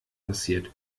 passiert